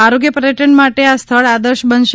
આરોગ્ય પર્યટન માટે આ સ્થળ આદર્શ બનશે